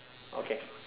okay